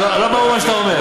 לא ברור מה שאתה אומר.